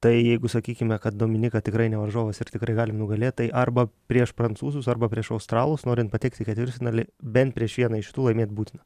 tai jeigu sakykime kad dominika tikrai ne varžovas ir tikrai galim nugalėt tai arba prieš prancūzus arba prieš australus norint patekti į ketvirtfinalį bent prieš vieną iš tų laimėt būtina